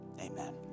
Amen